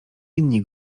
inni